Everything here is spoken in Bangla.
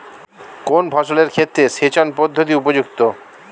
কোন ফসলের ক্ষেত্রে সেচন পদ্ধতি উপযুক্ত?